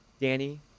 Danny